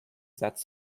satz